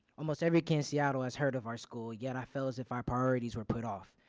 almost every kid in seattle has heard of our school yet i feel as if our priorities were put off.